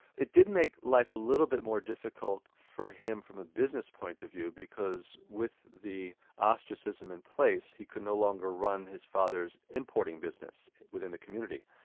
it did make life a little bit more difficult for him from a business point of view, because with the ostracism in place he could no longer run his father's importing business within the community.